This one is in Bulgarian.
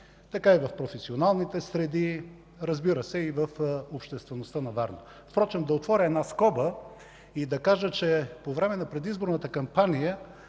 така и в професионалните среди, разбира се, и в обществеността на Варна. Впрочем ще отворя една скоба и ще кажа, че по време на предизборната кампания